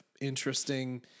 interesting